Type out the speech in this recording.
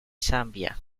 zambia